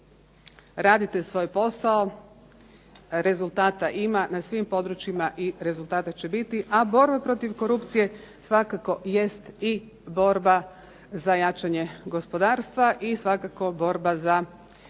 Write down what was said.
radite svoj posao, rezultata ima na svim područjima i rezultata će biti, a borba protiv korupcije jest i borba za jačanje gospodarstva i svakako borba za ljudska